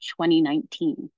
2019